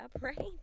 right